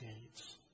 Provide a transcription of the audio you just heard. gates